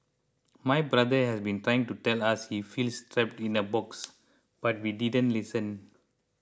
my brother has been trying to tell us he feels trapped in a box but we didn't listen